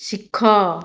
ଶିଖ